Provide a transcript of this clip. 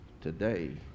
today